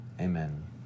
Amen